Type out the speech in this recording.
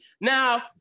Now